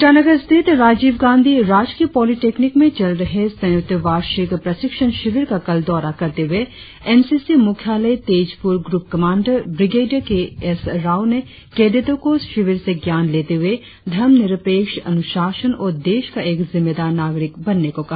ईटानगर स्थित राजीव गांधी राजकीय पॉलिटेकनिक में चल रहे संयुक्त वार्षिक प्रशिक्षण शिविर का कल दौरा करते हुए एन सी सी मुख्यालय Tezpur group commander brigadier K S Rao ने कैडेटो को शिविर से ज्ञान लेते हुए धर्म निरपेक्ष अनुशासन और देश का एक जिम्मेदार नागरिक बनने को कहा